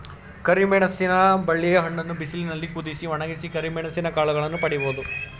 ಕರಿಮೆಣಸಿನ ಬಳ್ಳಿಯ ಹಣ್ಣನ್ನು ಬಿಸಿಲಿನಲ್ಲಿ ಕುದಿಸಿ, ಒಣಗಿಸಿ ಕರಿಮೆಣಸಿನ ಕಾಳುಗಳನ್ನು ಪಡಿಬೋದು